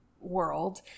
world